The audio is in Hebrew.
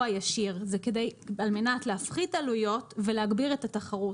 הישיר על מנת להפחית עלויות ולהגביר את התחרות,